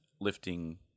lifting